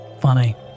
Funny